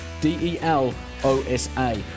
D-E-L-O-S-A